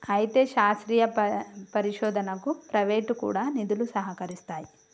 అయితే శాస్త్రీయ పరిశోధనకు ప్రైవేటు కూడా నిధులు సహకరిస్తాయి